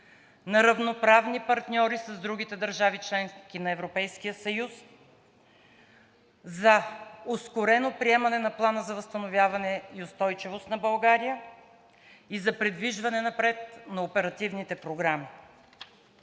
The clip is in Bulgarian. на равноправни партньори с другите държави – членки на Европейския съюз, за ускорено приемане на Плана за възстановяване и устойчивост на България и за придвижване напред на оперативните програми.